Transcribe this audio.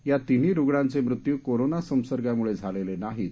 या तिन्ही रुणांचे मृत्यू कोरोना संसर्गामुळे झालेले नाहीत